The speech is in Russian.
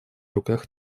руках